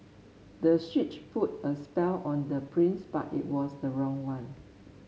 the switch put a spell on the prince but it was the wrong one